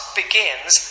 begins